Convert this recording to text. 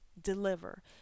deliver